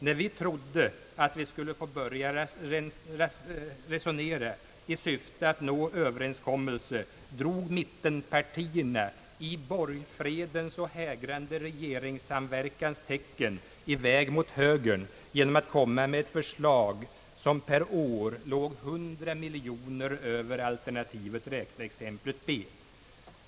När vi trodde att vi skulle få börja resonera i syfte att nå överenskommelse drog mittenpartierna i borgfredens och den hägrande regeringssamverkans tecken i väg mot högern genom att komma med ett förslag som per år låg 100 miljoner kronor över alternativ B.